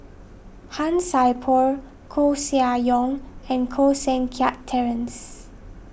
Han Sai Por Koeh Sia Yong and Koh Seng Kiat Terence